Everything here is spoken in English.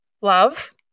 love